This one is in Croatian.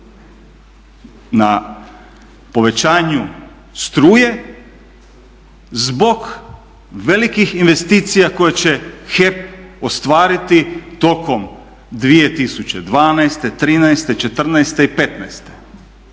na povećanju struje zbog velikih investicija koje će HEP ostvariti tokom 2012., trinaeste,